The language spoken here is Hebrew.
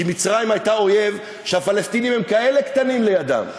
כי מצרים הייתה אויב שהפלסטינים הם כאלה קטנים לידם.